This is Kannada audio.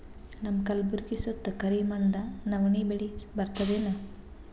ನಮ್ಮ ಕಲ್ಬುರ್ಗಿ ಸುತ್ತ ಕರಿ ಮಣ್ಣದ ನವಣಿ ಬೇಳಿ ಬರ್ತದೇನು?